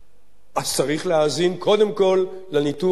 אז צריך להאזין קודם כול לניתוח היסודי.